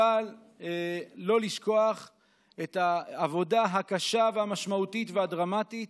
אבל לא לשכוח את העבודה הקשה והמשמעותית והדרמטית